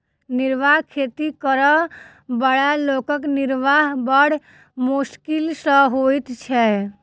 निर्वाह खेती करअ बला लोकक निर्वाह बड़ मोश्किल सॅ होइत छै